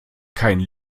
keinen